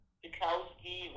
Tchaikovsky